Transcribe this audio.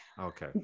Okay